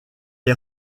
est